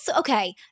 Okay